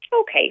Okay